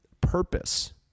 purpose